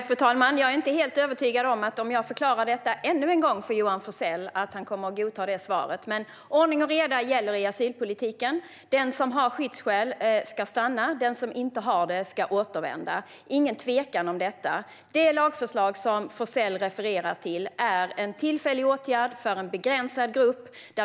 Fru talman! Jag är inte helt övertygad om att om jag förklarar detta ännu en gång för Johan Forssell kommer han att godta mitt svar. Ordning och reda gäller i asylpolitiken. Den som har skyddsskäl ska stanna; den som inte har det ska återvända. Det är ingen tvekan om det. Det lagförslag som Forssell refererar till är en tillfällig åtgärd för en begränsad grupp.